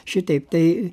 šitaip tai